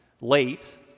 Late